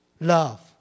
Love